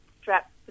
strap